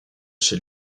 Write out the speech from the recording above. chez